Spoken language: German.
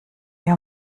wir